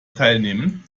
teilnehmen